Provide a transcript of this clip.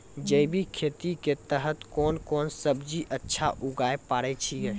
जैविक खेती के तहत कोंन कोंन सब्जी अच्छा उगावय पारे छिय?